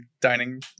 dining